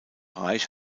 reich